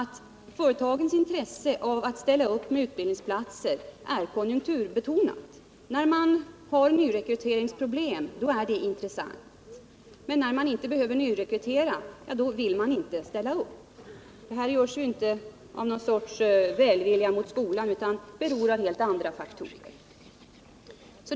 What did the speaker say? Företagens intresse för att ställa upp med utbildningsplatser är nämligen konjunkturbetonat. När de har nyrekryteringsproblem är det intressant att öka utbildningen, men när de inte behöver nyrekrytera vill de inte ställa upp. Det här är insatser som knappast görs av någon sorts välvilja mot skolan, utan beror av helt andra faktorer.